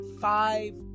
five